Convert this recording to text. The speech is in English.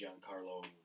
Giancarlo